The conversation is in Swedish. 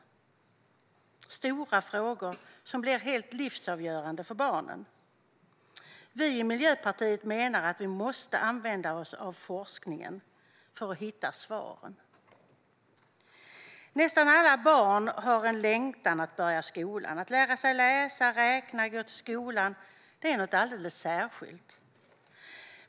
Det är stora frågor, som blir helt livsavgörande för barnen. Vi i Miljöpartiet menar att vi måste använda oss av forskningen för att hitta svaren. Nästan alla barn har en längtan att börja skolan. Att lära sig läsa och räkna och gå till skolan är något alldeles särskilt.